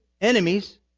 enemies